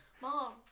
Mom